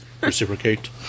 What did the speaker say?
reciprocate